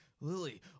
Lily